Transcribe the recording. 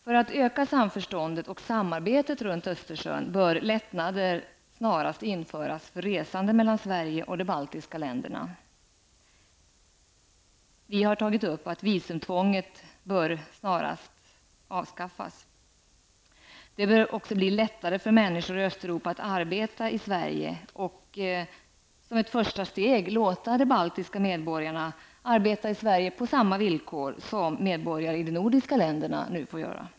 För att öka samförståndet och samarbetet runt Östersjön bör lättnader snarast införas för resande mellan Sverige och de baltiska länderna. Vi har framhållit att visumtvånget snarast bör avskaffas. Det bör också bli lättare för människor i Östeuropa att arbeta i Sverige. Som ett första steg kan man låta de baltiska medborgarna arbeta i Sverige på samma villkor som medborgare i de nordiska länderna nu får göra.